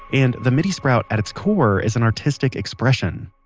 and the midi sprout at its core is an artistic expression